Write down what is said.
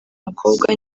umukobwa